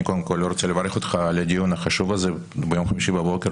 אני קודם כל רוצה לברך אותך על הדיון החשוב הזה ביום חמישי בבוקר,